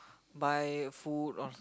buy food also